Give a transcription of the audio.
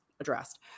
addressed